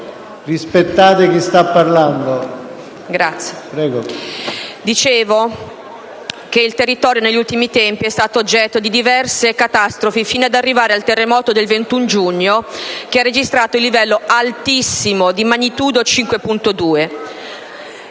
Toscana, il territorio negli ultimi tempi è stato oggetto di diverse catastrofi, fino ad arrivare al terremoto del 21 giugno, che ha registrato il livello altissimo di magnitudo 5.2.